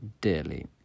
dearly